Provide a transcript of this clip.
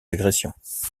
agressions